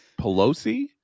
Pelosi